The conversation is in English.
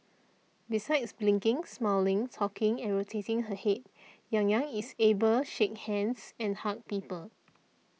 besides blinking smiling talking and rotating her head Yang Yang is able shake hands and hug people